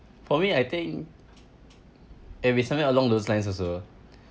for me I think it'll be something along those lines also